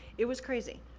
it was crazy.